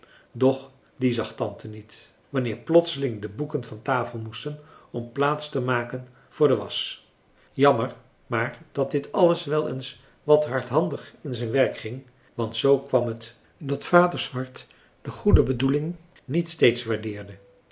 doch die zag tante niet wanneer plotseling de boeken van tafel moesten om plaats te maken voor de wasch jammer maar dat dit alles wel eens wat hardhandig in zijn werk ging want zoo kwam het dat vader swart de goede bedoeling niet steeds waardeerde